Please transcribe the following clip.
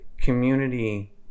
community